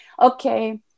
okay